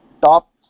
top